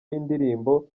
y’indirimbo